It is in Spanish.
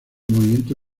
movimiento